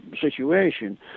situation